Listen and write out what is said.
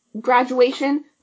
graduation